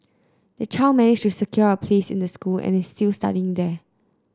the child managed to secure a place in the school and is still studying there